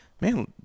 man